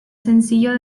sencillo